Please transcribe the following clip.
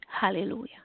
hallelujah